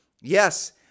Yes